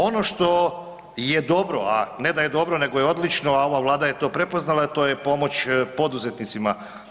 Ono što je dobro a ne da je dobro nego je odlično, a ova Vlada je to prepoznala, to je pomoć poduzetnicima.